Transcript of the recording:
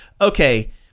okay